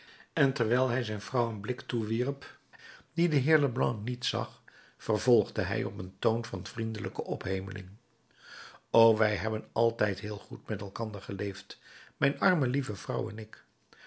en terwijl hij zijn vrouw een blik toewierp dien de heer leblanc niet zag vervolgde hij op een toon van vriendelijke ophemeling o wij hebben altijd heel goed met elkander geleefd mijne arme lieve vrouw en ik